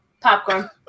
Popcorn